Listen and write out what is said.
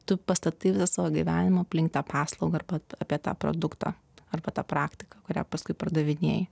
tu pastatai visą savo gyvenimą aplink tą paslaugą arba apie tą produktą arba tą praktiką kurią paskui pardavinėji